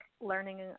learning